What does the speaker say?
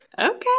Okay